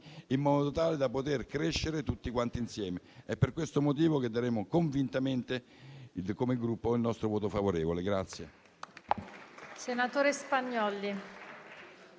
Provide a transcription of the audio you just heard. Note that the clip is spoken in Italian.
in modo tale da poter crescere tutti quanti insieme. È per questo motivo che daremo convintamente, come Gruppo, il nostro voto favorevole.